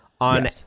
On